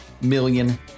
million